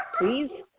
please